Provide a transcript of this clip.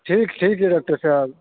ठीक छै डाक्टर साहेब